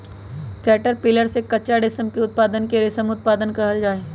caterpillar से कच्चा रेशम के उत्पादन के रेशम उत्पादन कहल जाई छई